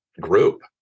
group